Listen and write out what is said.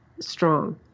strong